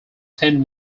ten